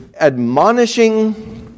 admonishing